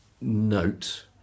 note